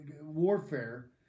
warfare